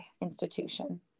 institution